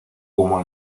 humo